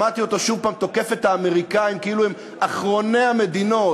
שמעתי אותו שוב תוקף את האמריקנים כאילו הם אחרונת המדינות,